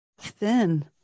thin